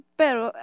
pero